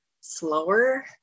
slower